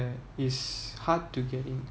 is hard to get in